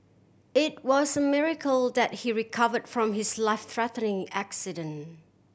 it was a miracle that he recovered from his life threatening accident